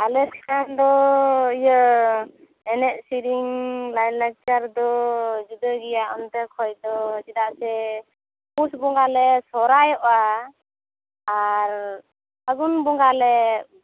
ᱟᱞᱮ ᱥᱮᱱ ᱫᱚ ᱤᱭᱟᱹ ᱮᱱᱮᱡ ᱥᱮᱨᱮᱧ ᱞᱟᱭᱼᱞᱟᱠᱪᱟᱨ ᱫᱚ ᱡᱩᱫᱟᱹ ᱜᱮᱭᱟ ᱚᱱᱛᱮ ᱠᱷᱚᱱ ᱫᱚ ᱪᱮᱫᱟᱜ ᱥᱮ ᱯᱩᱥ ᱵᱚᱸᱜᱟ ᱞᱮ ᱥᱚᱨᱦᱟᱭᱚᱜᱼᱟ ᱟᱨ ᱯᱷᱟᱹᱜᱩᱱ ᱵᱚᱸᱜᱟ ᱞᱮ